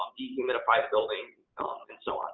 dehumidify the building, and so on.